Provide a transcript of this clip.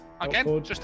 again